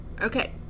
Okay